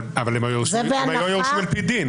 אבל הם היו יורשים על-פי דין.